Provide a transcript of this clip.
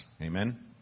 Amen